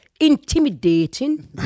intimidating